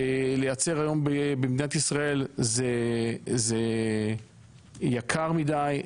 שלייצר היום במדינת ישראל זה יקר מידי,